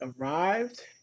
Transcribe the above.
arrived